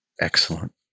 Excellent